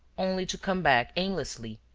only to come back aimlessly,